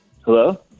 Hello